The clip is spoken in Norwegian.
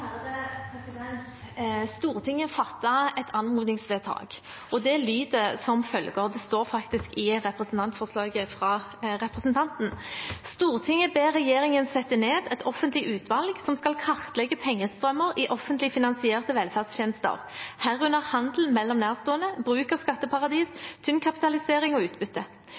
Stortinget fattet et anmodningsvedtak, og det lyder som følger – det står faktisk i representantforslaget fra representanten: «Stortinget ber regjeringen sette ned et offentlig utvalg som skal kartlegge pengestrømmer i offentlig finansierte velferdstjenester, herunder handel mellom nærstående, bruk av skatteparadis, tynnkapitalisering og utbytte.